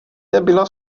nebyla